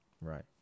right